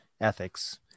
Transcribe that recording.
ethics